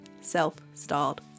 self-styled